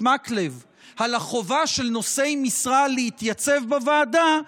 מקלב על החובה של נושאי משרה להתייצב בוועדה,